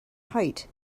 height